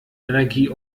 energie